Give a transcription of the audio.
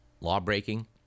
lawbreaking